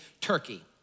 Turkey